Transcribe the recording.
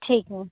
ठीक है